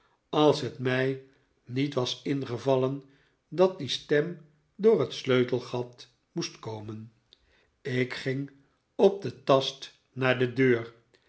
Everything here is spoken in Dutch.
als het mij niet was ingevallen dat die stem door het sleutelgat moest komen ik ging op den tast naar de deur